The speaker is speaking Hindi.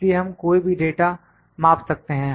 इसलिए हम कोई भी डाटा माप सकते हैं